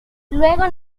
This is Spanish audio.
luego